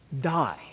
die